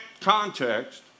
context